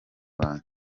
banjye